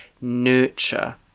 Nurture